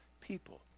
people